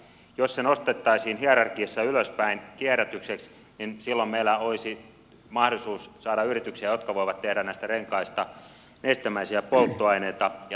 jos se nostettaisiin hierarkiassa ylöspäin kierrätykseksi niin silloin meillä olisi mahdollisuus saada yrityksiä jotka voivat tehdä näistä renkaista nestemäisiä polttoaineita ja lämpöenergiaa